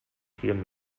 vielen